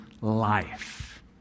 life